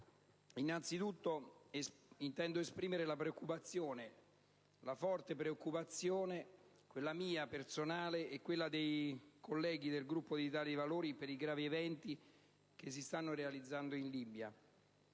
innanzitutto intendo esprimere la preoccupazione, la forte preoccupazione - mia personale e dei colleghi del Gruppo dell'Italia dei Valori - per i gravi eventi che si stanno verificando in Libia.